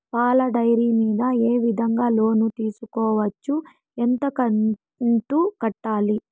పాల డైరీ మీద ఏ విధంగా లోను తీసుకోవచ్చు? ఎంత కంతు కట్టాలి?